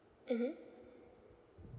mmhmm